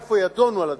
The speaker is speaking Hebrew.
איפה ידונו על הדברים.